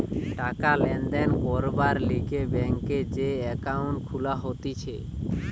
টাকা লেনদেন করবার লিগে ব্যাংকে যে একাউন্ট খুলা হতিছে